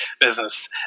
business